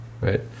right